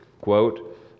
quote